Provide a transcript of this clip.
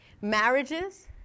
marriages